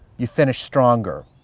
you finished stronger.